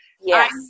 Yes